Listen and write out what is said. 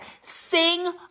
sing